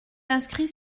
inscrits